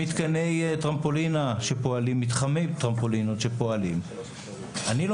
לגבי מתחמי טרמפולינה שפועלים - אני לא